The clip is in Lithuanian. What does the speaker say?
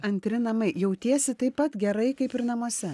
antri namai jautiesi taip pat gerai kaip ir namuose